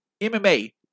MMA